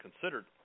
considered